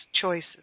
choices